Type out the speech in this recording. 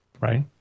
right